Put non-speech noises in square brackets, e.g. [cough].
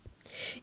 [breath]